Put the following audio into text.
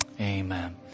amen